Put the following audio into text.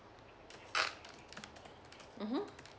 mmhmm